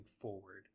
forward